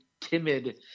timid